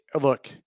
look